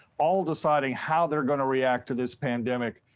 all deciding how they're going to react to this pandemic.